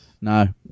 No